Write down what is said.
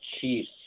chiefs